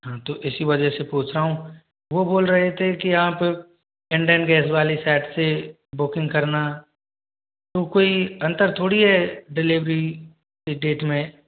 हाँ तो इसी वजह से पूछ रहा हूँ वो बोल रहे थे कि आप इंडियन गैस वाली सेट से बुकिंग करना तो कोई अंतर थोड़ी है डिलिवरी कि डेट में